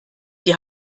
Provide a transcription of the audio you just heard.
die